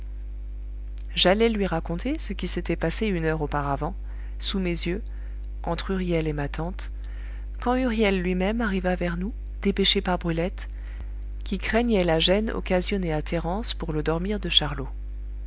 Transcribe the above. j'allais lui raconter ce qui s'était passé une heure auparavant sous mes yeux entre huriel et ma tante quand huriel lui-même arriva vers nous dépêché par brulette qui craignait la gêne occasionnée à thérence pour le dormir de charlot